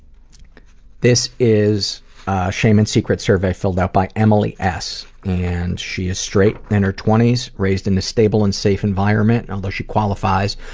this is a shame and secrets survey filled out by emily s. and she is straight, in her twenty s, raised in a stable and safe environment, and although she qualifies,